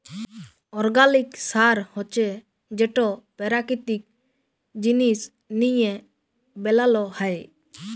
organic সার হছে যেট পেরাকিতিক জিনিস লিঁয়ে বেলাল হ্যয়